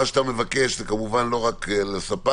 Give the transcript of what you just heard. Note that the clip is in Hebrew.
מה שאתה מבקש זה כמובן לא רק לספארי,